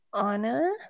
Anna